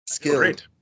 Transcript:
Great